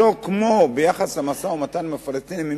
שלא כמו ביחס למשא-ומתן עם הפלסטינים.